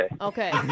Okay